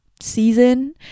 season